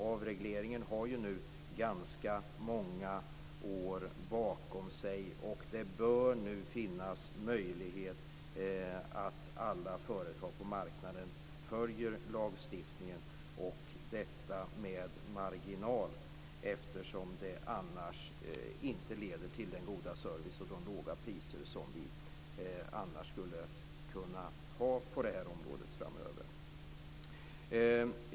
Avregleringen har nu ganska många år bakom sig, och det bör nu finnas en möjlighet att alla företag på marknaden följer lagstiftningen, och detta med marginal - annars leder det inte till den goda service och de låga priser som vi skulle kunna ha på det här området.